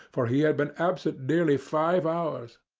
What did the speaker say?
for he had been absent nearly five hours.